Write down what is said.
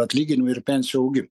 atlyginimų ir pensijų augimu